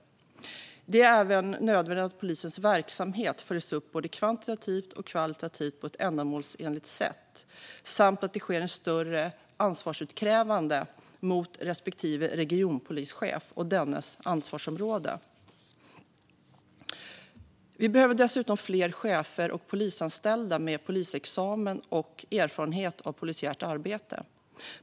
Det är även nödvändigt att polisens verksamhet följs upp både kvantitativt och kvalitativt på ett ändamålsenligt sätt samt att det sker ett större ansvarsutkrävande från respektive regionpolischef och dennes ansvarsområde. Vi behöver dessutom fler chefer och polisanställda med polisexamen och erfarenhet av polisiärt arbete.